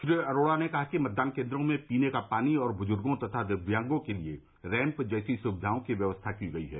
श्री अरोड़ा ने कहा कि मतदान केंद्रों में पीने का पानी और बुजुर्गो तथा दिव्यांगों के लिए रैम्प जैसी सुविघाओं की व्यवस्था की गयी है